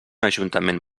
ajuntament